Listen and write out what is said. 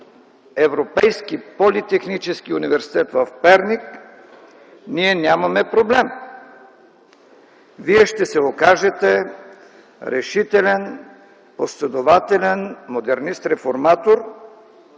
Европейски политехнически университет в Перник, ние нямаме проблем. Вие ще се окажете решителен, последователен модернист-реформатор,